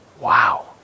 Wow